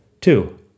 Two